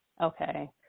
okay